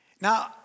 Now